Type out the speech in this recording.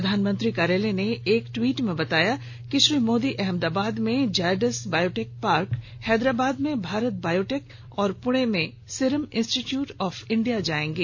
प्रधानमंत्री कार्यालय ने एक ट्वीट में बताया कि श्री मोदी अहमदाबाद में जायडस बायोटेक पार्क हैदराबाद में भारत बायोटेक और पुणे में सीरम इंस्टीचट्यूट ऑफ इंडिया जाएंगे